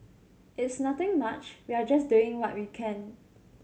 it's nothing much we are just doing what we can